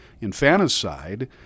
infanticide